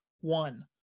One